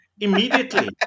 immediately